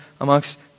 amongst